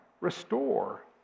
restore